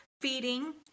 feeding